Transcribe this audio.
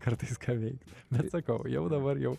kartais ką veikt bet sakau jau dabar jau